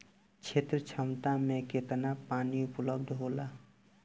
क्षेत्र क्षमता में केतना पानी उपलब्ध होला?